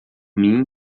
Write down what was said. mim